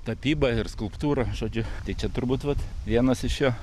tapyba ir skulptūra žodžiu tai čia turbūt vat vienas iš jo